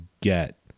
get